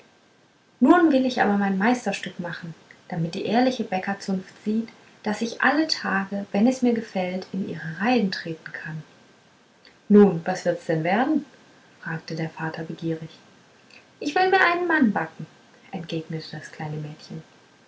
nun will ich aber mein meisterstück machen damit die ehrliche bäckerzunft sieht daß ich alle tage wenn es mir gefällt in ihre reihen treten kann nun was wird's denn werden fragte der vater begierig ich will mir einen mann backen entgegnete das kleine mädchen